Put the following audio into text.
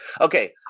Okay